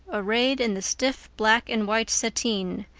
arrayed in the stiff black-and-white sateen,